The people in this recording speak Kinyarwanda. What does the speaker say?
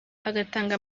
agatanga